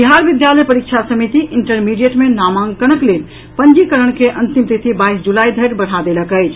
बिहार विद्यालय परीक्षा समिति इंटरमीडिएट मे नामांकनक लेल पंजीकरण के अंतिम तिथि बाईस जुलाई धरि बढ़ा देलक अछि